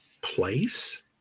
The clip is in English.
place